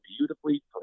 beautifully